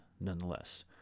nonetheless